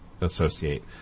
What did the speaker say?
associate